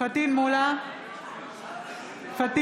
פטין מולא,